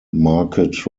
market